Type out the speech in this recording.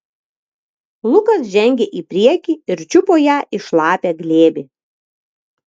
lukas žengė į priekį ir čiupo ją į šlapią glėbį